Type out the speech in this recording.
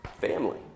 family